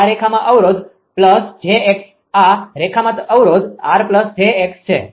આ રેખામાં અવરોધ𝑗𝑥 આ રેખામાં અવરોધ 𝑟𝑗𝑥 છે